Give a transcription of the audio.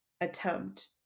attempt